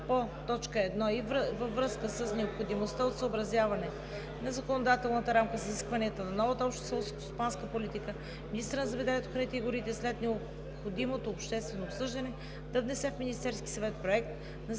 формулировка е: „Във връзка с необходимостта от съобразяване на законодателната рамка с изискванията на новата Обща селскостопанска политика министърът на земеделието, храните и горите след необходимото обществено обсъждане да внесе в Министерския съвет проект